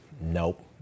Nope